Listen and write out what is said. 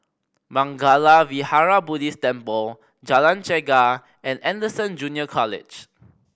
Mangala Vihara Buddhist Temple Jalan Chegar and Anderson Junior College